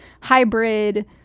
hybrid